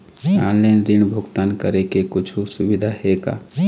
Online ऋण भुगतान करे के कुछू सुविधा हे का?